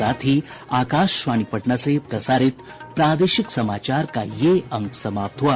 इसके साथ ही आकाशवाणी पटना से प्रसारित प्रादेशिक समाचार का ये अंक समाप्त हुआ